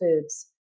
foods